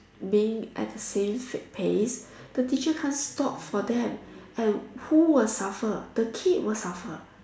being at the same pace the teacher can't stop for them and who will suffer the kid will suffer